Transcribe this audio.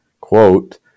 quote